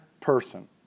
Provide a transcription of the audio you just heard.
person